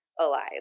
alive